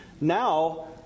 Now